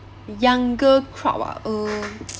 younger crowd ah uh